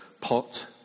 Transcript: pot